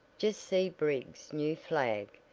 just see briggs' new flag!